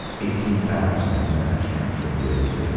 eighteen thousand american shrinks of the apa.